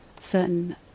certain